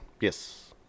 yes